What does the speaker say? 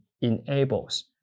enables